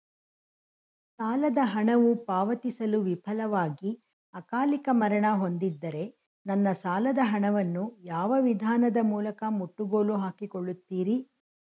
ಸಾಲದ ಹಣವು ಪಾವತಿಸಲು ವಿಫಲವಾಗಿ ಅಕಾಲಿಕ ಮರಣ ಹೊಂದಿದ್ದರೆ ನನ್ನ ಸಾಲದ ಹಣವನ್ನು ಯಾವ ವಿಧಾನದ ಮೂಲಕ ಮುಟ್ಟುಗೋಲು ಹಾಕಿಕೊಳ್ಳುತೀರಿ?